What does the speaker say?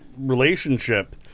relationship